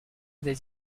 des